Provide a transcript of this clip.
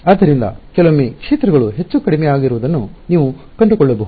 ಆದ್ದರಿಂದ ಕೆಲವೊಮ್ಮೆ ಕ್ಷೇತ್ರಗಳು ಹೆಚ್ಚು ಕಡಿಮೆ ಆಗುತ್ತಿರುವುದನ್ನು ನೀವು ಕಂಡುಕೊಳ್ಳಬಹುದು